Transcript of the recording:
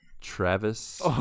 Travis